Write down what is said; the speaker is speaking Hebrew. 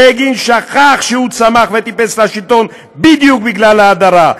בגין שכח שהוא צמח וטיפס לשלטון בדיוק בגלל ההדרה.